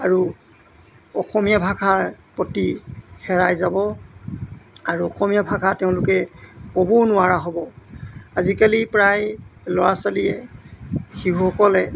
আৰু অসমীয়া ভাষাৰ প্ৰতি হেৰাই যাব আৰু অসমীয়া ভাষা তেওঁলোকে ক'বও নোৱাৰা হ'ব আজিকালি প্ৰায় ল'ৰা ছোৱালীয়ে শিশুসকলে